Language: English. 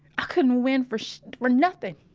i couldn't win for shi, for nothing.